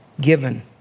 given